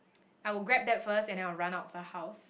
I would grab that first and then I'd run out of the house